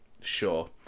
Sure